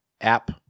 App